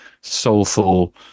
soulful